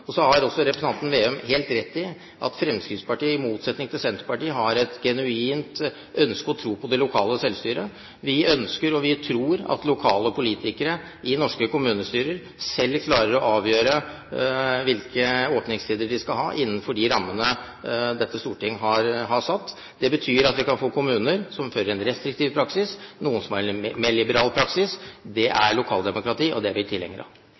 Så har representanten Vedum helt rett i at Fremskrittspartiet, i motsetning til Senterpartiet, har et genuint ønske og tro på det lokale selvstyret. Vi ønsker og tror at lokale politikere i norske kommunestyrer, selv klarer å avgjøre hvilke åpningstider man skal ha innenfor de rammene Stortinget har satt. Det betyr at vi kan få kommuner som fører en restriktiv praksis, og noen som har en mer liberal praksis. Det er lokaldemokrati, og det er vi tilhengere av.